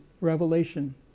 Revelation